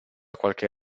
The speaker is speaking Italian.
qualche